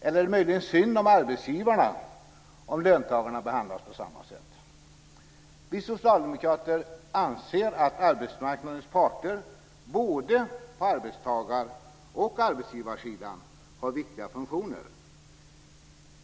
Eller är det möjligen synd om arbetsgivarna om löntagarna behandlas på samma sätt? Vi socialdemokrater anser att arbetsmarknadens parter, både på arbetstagar och arbetsgivarsidan, har viktiga funktioner.